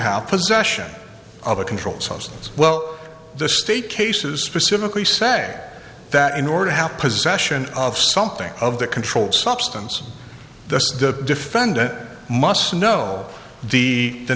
have possession of a controlled substance well the state cases specifically say that in order to have possession of something of that controlled substance the defendant must know d the